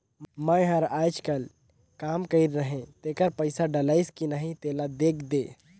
मै हर अईचकायल काम कइर रहें तेकर पइसा डलाईस कि नहीं तेला देख देहे?